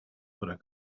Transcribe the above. oder